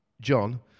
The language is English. John